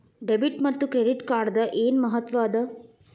Debit ಮತ್ತ credit ಕಾರ್ಡದ್ ಏನ್ ಮಹತ್ವ ಅದ?